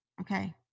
Okay